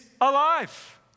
alive